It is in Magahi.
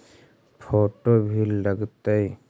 फोटो भी लग तै?